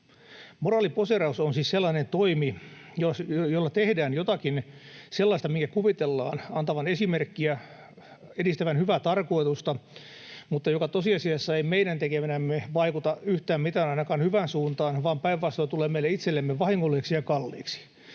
Moraaliposeeraus on siis sellainen toimi, jolla tehdään jotakin sellaista, minkä kuvitellaan antavan esimerkkiä, edistävän hyvää tarkoitusta, mutta joka tosiasiassa ei meidän tekemänämme vaikuta yhtään mitään ainakaan hyvään suuntaan, vaan päinvastoin tulee meille itsellemme vahingolliseksi ja kalliiksi.